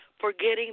forgetting